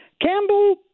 Campbell